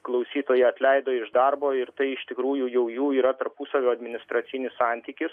klausytoją atleido iš darbo ir tai iš tikrųjų jau jų yra tarpusavio administracinis santykius